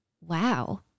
Wow